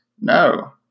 No